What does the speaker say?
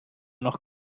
noch